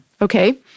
Okay